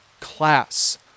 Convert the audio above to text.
class